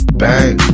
bang